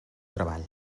treball